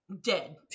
dead